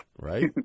right